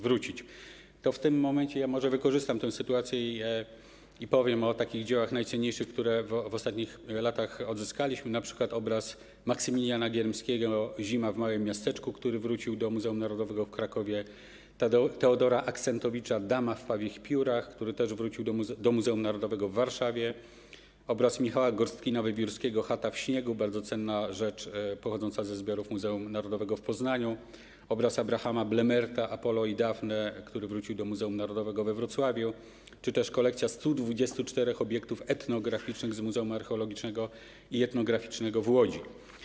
W tym momencie może wykorzystam tę sytuację i powiem o dziełach najcenniejszych, które w ostatnich latach odzyskaliśmy, np. obraz Maksymiliana Gierymskiego „Zima w małym miasteczku”, który wrócił do Muzeum Narodowego w Krakowie, obraz Teodora Axentowicza „Dama w pawich piórach”, który wrócił do Muzeum Narodowego w Warszawie, obraz Michała Gorstkina-Wywiórskiego „Chata w śniegu”, bardzo cenna rzecz pochodząca ze zbiorów Muzeum Narodowego w Poznaniu, obraz Abrahama Bloemaerta „Apollo i Dafne”, który wrócił do Muzeum Narodowego we Wrocławiu, czy też kolekcja 124 obiektów etnograficznych z Muzeum Archeologicznego i Etnograficznego w Łodzi.